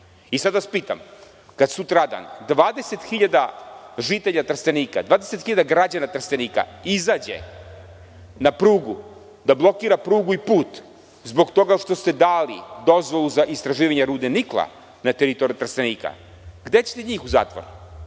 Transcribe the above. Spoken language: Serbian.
vas pitam, kad sutradan 20 hiljada žitelja Trstenika, 20 hiljada građana Trstenika izađe na prugu da blokira prugu i put zbog toga što ste dali dozvolu za istraživanje rude nikla na teritoriji Trstenika, gde ćete njih u zatvor?